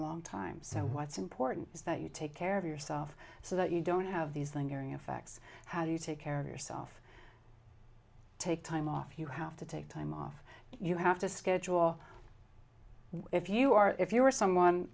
long time so what's important is that you take care of yourself so that you don't have these thing affects how do you take care of yourself take time off you have to take time off you have to schedule if you are if you are someone